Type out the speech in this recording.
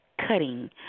cutting